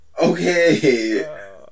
Okay